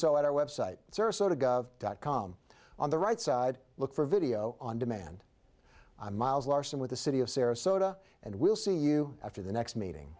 so at our website dot com on the right side look for video on demand miles larsen with the city of sarasota and we'll see you after the next meeting